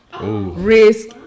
Risk